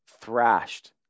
thrashed